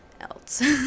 else